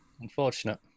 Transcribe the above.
Unfortunate